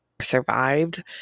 survived